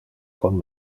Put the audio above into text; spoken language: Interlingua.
con